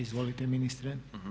Izvolite ministre.